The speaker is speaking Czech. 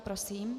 Prosím.